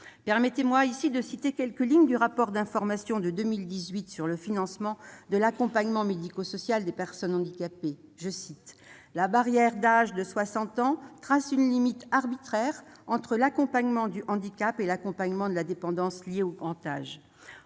rapporteur, de citer quelques lignes de votre rapport d'information de 2018 sur le financement de l'accompagnement médico-social des personnes handicapées :« La barrière d'âge de 60 ans trace une limite arbitraire entre l'accompagnement du handicap et l'accompagnement de la dépendance liée au grand âge.